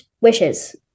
wishes